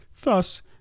Thus